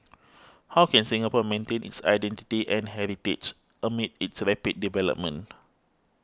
how can Singapore maintain its identity and heritage amid its rapid development